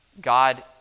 God